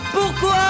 Pourquoi